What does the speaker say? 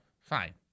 fine